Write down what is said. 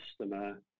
customer